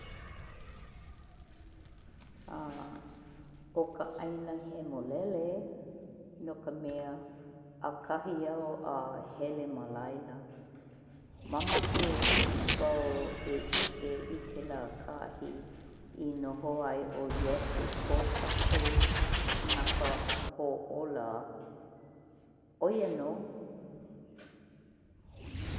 <a>ʻO ka ʻAina Hemolele no ka mea ʻakahi au a hele malaila. Mamake wau e ʻike i kēlā kahi i noho ai ʻo Iesu ko kākou kanaka hoʻōla. ʻOia nō!